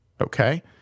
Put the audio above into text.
okay